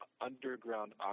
underground